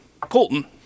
Colton